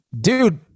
dude